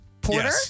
porter